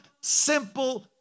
simple